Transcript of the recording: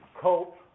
cope